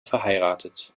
verheiratet